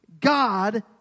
God